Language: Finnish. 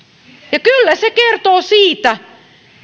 kyllä se kertoo siitä